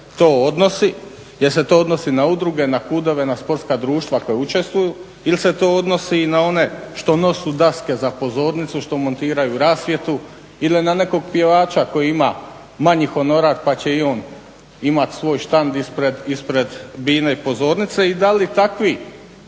to odnosi, je li se to odnosi na udruge, na klubove, na sportska društva koja učestvuju ili se to odnosi i na one što nose daske za pozornicu što montiraju rasvjetu ili na nekog pjevača koji ima manji honorar pa će i on imati svoj štand ispred bine i pozornice. I da li i takvi